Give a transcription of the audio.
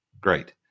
great